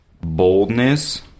Boldness